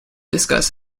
discuss